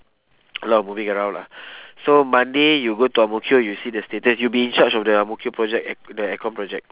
a lot of moving around lah so monday you go to ang mo kio you see the status you'll be in charge of the ang mo kio project air~ the aircon project